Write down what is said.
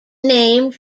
named